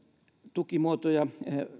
tukimuotoja